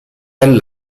del